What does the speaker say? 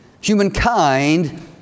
humankind